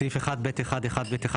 בסעיף 1(ב1)(ב)(1)(ב),